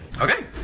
Okay